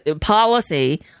policy